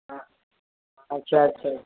ஆ ஆ சரி சரி